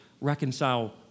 reconcile